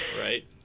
Right